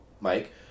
Mike